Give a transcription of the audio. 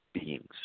beings